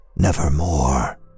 Nevermore